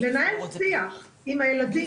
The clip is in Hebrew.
לנהל שיח עם הילדים,